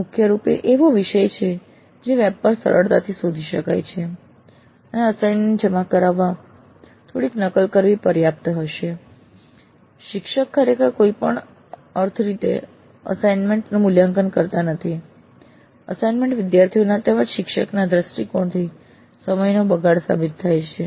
મુખ્ય રૂપે એવો વિષય છે જે વેબ પર સરળતાથી શોધી શકાય છે અને અસાઇનમેન્ટ જમા કરવા માટે થોડીક નકલ કરવી પર્યાપ્ત હશે શિક્ષક ખરેખર કોઈપણ અર્થપૂર્ણ રીતે અસાઈન્મેન્ટ નું મૂલ્યાંકન કરતા નથી અસાઇનમેન્ટ ખરેખર વિદ્યાર્થીઓના તેમજ શિક્ષકના દૃષ્ટિકોણથી સમયનો બગાડ સાબિત થાય છે